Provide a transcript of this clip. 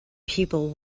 people